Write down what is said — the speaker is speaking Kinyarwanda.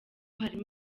harimo